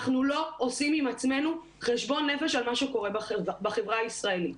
אנחנו לא עושים עם עצמנו חשבון נפש על מה שקורה בחברה הישראלית.